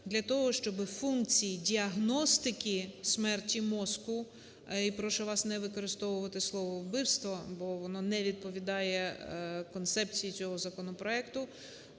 для того, щоби функції діагностики смерті мозку… І прошу вас не використовувати слово "вбивство", бо воно не відповідає концепції цього законопроекту.